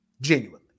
Genuinely